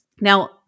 Now